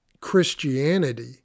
christianity